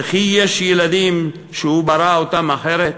וכי יש ילדים שהוא ברא אותם אחרת?